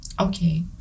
Okay